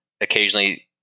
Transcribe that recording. occasionally